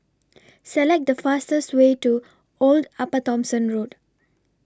Select The fastest Way to Old Upper Thomson Road